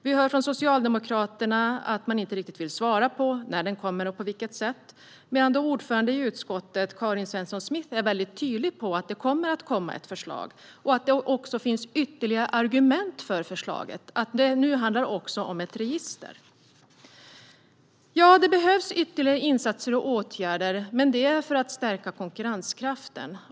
Vi hör att Socialdemokraterna inte riktigt vill svara på när den kommer och på vilket sätt. Utskottets ordförande, Karin Svensson Smith, är däremot väldigt tydlig med att det kommer att komma ett förslag och att det också finns ytterligare argument för förslaget - nu handlar det även om ett register. Det behövs ytterligare insatser och åtgärder för att stärka konkurrenskraften.